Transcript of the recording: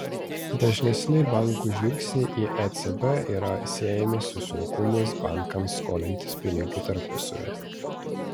dažnesni bankų žvilgsniai į ecb yra siejami su sunkumais bankams skolintis pinigų tarpusavyje